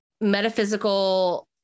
metaphysical